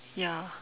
ya